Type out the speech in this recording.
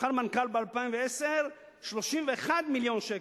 שכר מנכ"ל ב-2010, 31 מיליון שקלים.